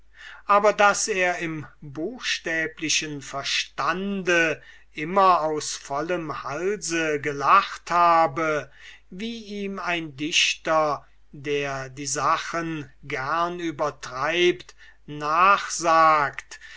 aber daß er im buchstäblichen verstande immer aus vollem halse gelacht habe wie ihm ein dichter der die sachen gern übertreibt